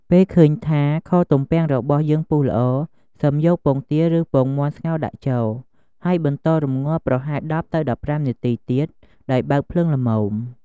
ពេលឃើញថាខទំពាំងរបស់យើងពុះល្អ សិមយកពងទា ឬ ពងមាន់ស្ងោរដាក់ចូល ហើយបន្តរំងាស់ប្រហែល ១០ទៅ ១៥នាទីទៀត ដោយបើកភ្លើងល្មម។